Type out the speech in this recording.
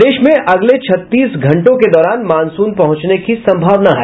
प्रदेश में अगले छत्तीस घंटों के दौरान मानसून पहुंचने की संभावना है